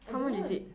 how much is it